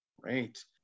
Great